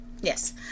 yes